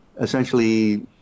essentially